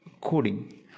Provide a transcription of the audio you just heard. coding